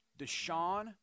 Deshaun